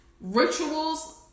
rituals